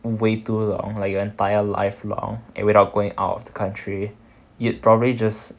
way too long like your entire life long and without going out of the country you'd probably just